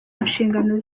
nshingano